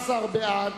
14 בעד,